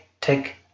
take